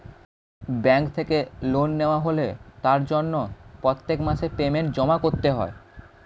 bank থেকে loan নেওয়া হলে তার জন্য প্রত্যেক মাসে পেমেন্ট জমা করতে হয়